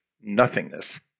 nothingness